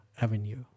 Avenue